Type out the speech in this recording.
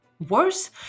worse